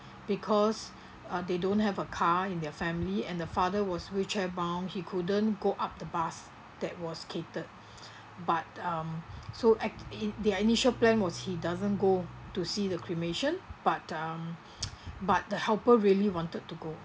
because uh they don't have a car in their family and the father was wheelchair bound he couldn't go up the bus that was catered but um so act~ in their initial plan was he doesn't go to see the cremation but um but the helper really wanted to go